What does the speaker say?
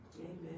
Amen